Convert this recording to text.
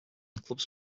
clubs